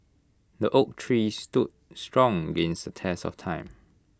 the oak tree stood strong against the test of time